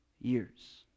years